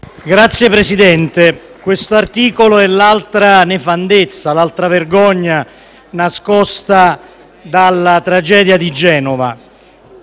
Signor Presidente, questo articolo è l’altra ne- fandezza, l’altra vergogna nascosta dalla tragedia di Genova.